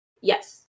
yes